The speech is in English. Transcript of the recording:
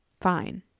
Fine